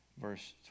verse